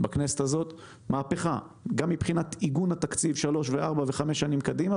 גם מבחינת עיגון התקציב לכמה שנים קדימה,